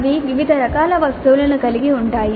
అవి వివిధ రకాల వస్తువులను కలిగి ఉంటాయి